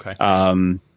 Okay